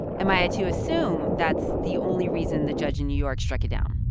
am i to assume that's the only reason the judge in new york struck it down?